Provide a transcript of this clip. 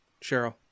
Cheryl